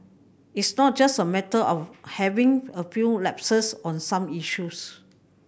it's not just a matter of having a few lapses on some issues